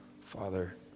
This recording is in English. Father